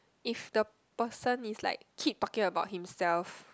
if the person is like keep talking about himself